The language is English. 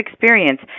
experience